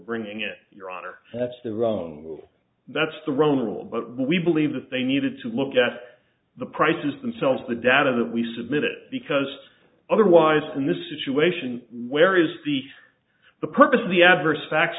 bringing it your honor that's the roman that's the roman rule but we believe that they needed to look at the prices themselves the data that we submit it because otherwise in this situation where is the the purpose of the adverse facts